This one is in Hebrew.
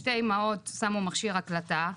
שתי אמהות שמו מכשיר הקלטה,